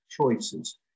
choices